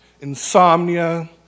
insomnia